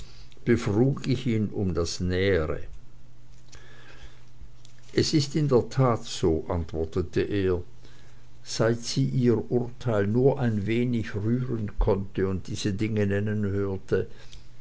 befrug ich ihn um das nähere es ist in der tat so antwortete er seit sie ihr urteil nur ein wenig rühren konnte und diese dinge nennen hörte